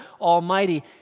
Almighty